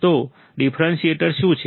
તો ડિફરન્શિએટર શું છે